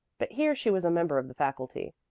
but here she was a member of the faculty.